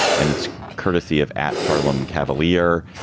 and it's courtesy of at haarlem cavalier.